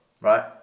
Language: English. right